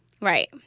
Right